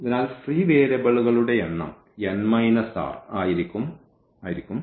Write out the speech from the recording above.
അതിനാൽ ഫ്രീ വേരിയബിളുകളുടെ എണ്ണം n r ആയിരിക്കും